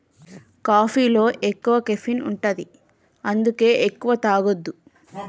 కాఫీలో ఎక్కువ కెఫీన్ ఉంటది అందుకే ఎక్కువ తాగొద్దు